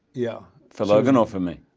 yeah for logan or for me?